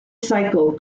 cycle